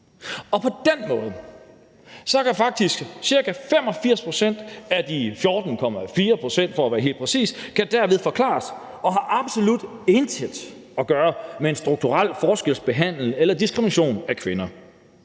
Og på den måde kan faktisk ca. 85 pct. af de 14,4 pct., som det er, for at være helt præcis, forklares, og det har absolut intet at gøre med en strukturel forskelsbehandling eller diskrimination af kvinder.